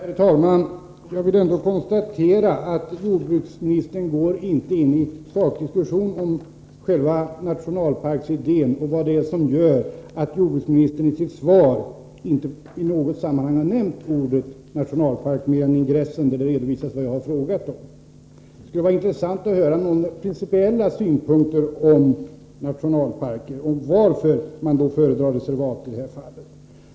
Herr talman! Jag vill ändå konstatera att jordbruksministern inte går in i sakdiskussion om själva nationalparksidén och vad det är som gör att jordbruksministern i sitt svar inte har nämnt ordet nationalpark, mer än i ingressen, där det redovisas vad jag har frågat om. Det skulle vara intressant att höra några principiella synpunkter på nationalparker och varför man föredrar reservat i detta fall.